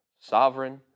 sovereign